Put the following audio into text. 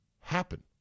happen